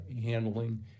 handling